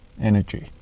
energy